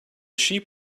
sheep